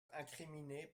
incriminé